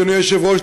אדוני היושב-ראש,